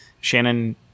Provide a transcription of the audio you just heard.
Shannon